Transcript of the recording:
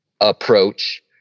approach